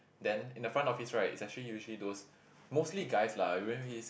then in the front office right is actually usually those mostly guys lah you won't really